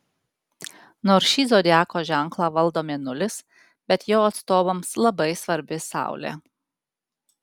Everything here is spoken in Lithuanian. nors šį zodiako ženklą valdo mėnulis bet jo atstovams labai svarbi saulė